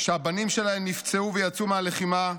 שהבנים שלהן נפצעו ויצאו מהלחימה,